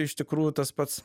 iš tikrųjų tas pats